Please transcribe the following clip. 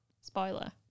Spoiler